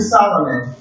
Solomon